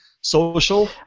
social